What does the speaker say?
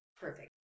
Perfect